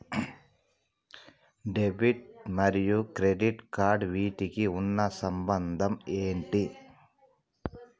Debit మరియు credit cards వీటికి ఉన్న సంబంధం ఏంటి?